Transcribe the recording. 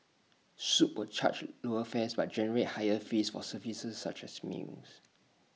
swoop will charge lower fares but generate higher fees for services such as meals